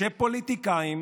שסמוטריץ'